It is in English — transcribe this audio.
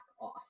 off